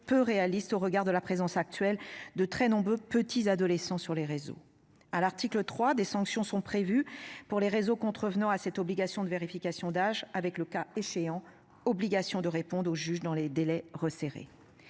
peu réaliste au regard de la présence actuelle de très nombreux petits adolescents sur les réseaux à l'article 3 des sanctions sont prévues pour les réseaux contrevenant à cette obligation de vérification d'âge avec le cas échéant, obligation de répondre au juge dans les délais resserrés.